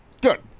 Good